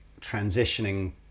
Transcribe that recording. transitioning